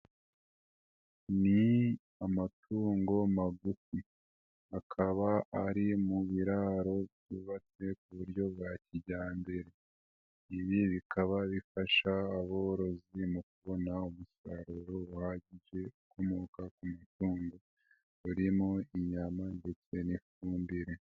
Ni amatungo magufi, akaba ari mu biraro byubatse ku buryo bwa kijyambere, ibi bikaba bifasha aborozi mu kubona umusaruro uhagije ukomoka ku matungo barimo inyama ndetse n'ifumbire.